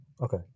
Okay